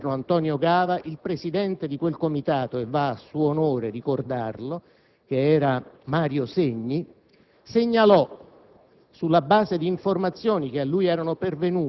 nel quale, durante l'audizione del ministro dell'interno Antonio Gava, il presidente di quel Comitato (e va a suo onore ricordarlo), che era Mario Segni, comunicò